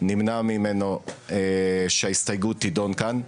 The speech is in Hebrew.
נמנע ממנו שההסתייגות תידון כאן,